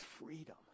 freedom